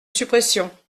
suppression